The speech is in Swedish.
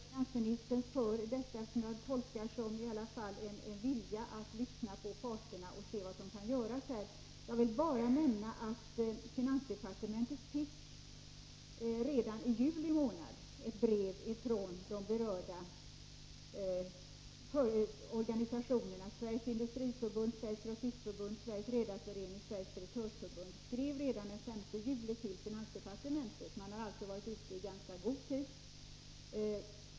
Herr talman! Jag tackar finansministern för detta, som jag i alla fall tolkar som en vilja att lyssna på parterna och se vad som kan göras. Jag vill bara nämna att finansdepartementet redan i juli månad fick ett brev från de berörda organisationerna. Sveriges industriförbund, Sveriges grossistförbund, Sveriges redareförening och Sveriges speditörförbund skrev redan den 5 juli till finansdepartementet, så dessa organisationer har varit ute i ganska god tid.